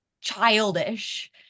childish